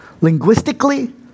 linguistically